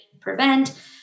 prevent